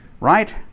right